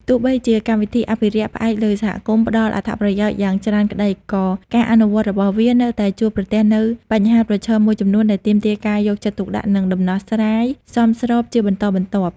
ទោះបីជាកម្មវិធីអភិរក្សផ្អែកលើសហគមន៍ ផ្ដល់អត្ថប្រយោជន៍យ៉ាងច្រើនក្ដី ក៏ការអនុវត្តរបស់វានៅតែជួបប្រទះនូវបញ្ហាប្រឈមមួយចំនួន ដែលទាមទារការយកចិត្តទុកដាក់ និងដំណោះស្រាយសមស្របជាបន្តបន្ទាប់។